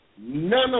None